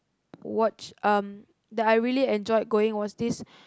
watched um that I really enjoyed going was this